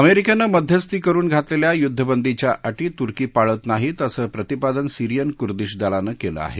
अमेरिकेने मध्यस्थी करुन घातलेल्या युद्धबंदीच्या अटी तुर्की पाळत नाहीत असं प्रतिपादन सीरियन कुर्दिश दलांनी केलं आहे